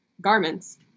garments